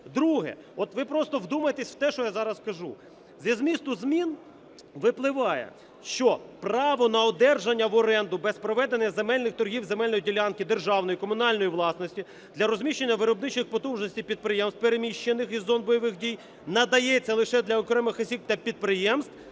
Друге. От ви просто вдумайтеся в те, що я зараз кажу. Зі змісту змін випливає, що право на одержання в оренду без проведення земельних торгів земельної ділянки державної та комунальної власності для розміщення виробничих потужностей підприємств, переміщених із зон бойових дій, надається лише для окремих осіб та підприємств,